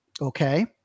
Okay